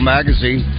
Magazine